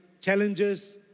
challenges